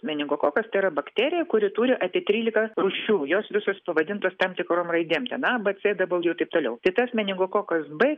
meningokokas tai yra bakterija kuri turi apie trylika rūšių jos visos pavadintos tam tikrom raidėm ten a b c dabulju ir taip toliau tai tas meningokokas b